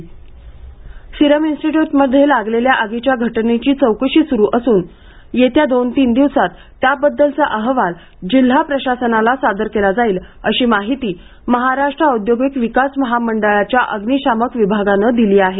serum अहवाल Serum इन्स्टिट्यूटमध्ये लागलेल्या आगीच्या घटनेची चौकशी सुरु असून येत्या दोन तीन दिवसात त्याबद्दलचा अहवाल जिल्हा प्रशासनाला सादर केला जाईल अशी माहिती महाराष्ट्र औद्योगिक विकास महामंडळाच्या अग्निशामक विभागानं दिली आहे